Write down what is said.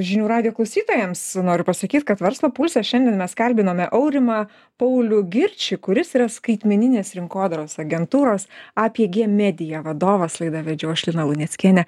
žinių radijo klausytojams noriu pasakyt kad verslo pulse šiandien mes kalbinome aurimą paulių girčį kuris yra skaitmeninės rinkodaros agentūros apg media vadovas laidą vedžiau aš lina luneckienė